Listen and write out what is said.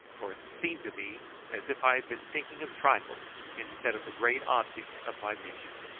for it seemed to me as if i had been thinking of trifles instead of the great object of my mission.